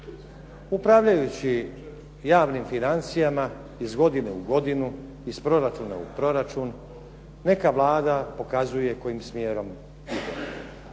Upravljajući javnim financijama iz godine u godinu, iz proračuna u proračun. Neka Vlada pokazuje kojim smjerom ide.